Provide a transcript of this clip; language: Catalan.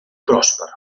pròsper